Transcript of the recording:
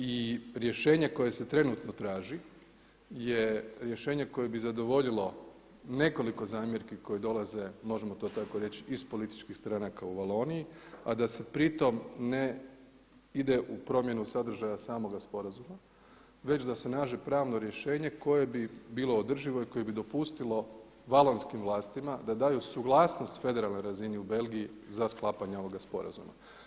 I rješenje koja se trenutno traži je rješenje koje bi zadovoljilo nekoliko zamjerki koje dolaze, možemo to tako reći iz političkih stranaka u Valoniji a da se pri tome ne ide u promjenu sadržaja samoga sporazuma već da se nađe pravno rješenje koje bi bilo održivo i koje bi dopustilo valonskim vlastima da daju suglasnost federalnoj razini u Belgiji za sklapanje ovoga sporazuma.